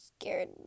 scared